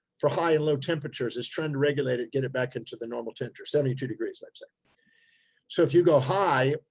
for high and low temperatures, it's trying to regulate it and get it back into the normal temperature, seventy two degrees. like so like so if you go high,